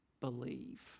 believe